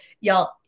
y'all